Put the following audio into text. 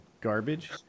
garbage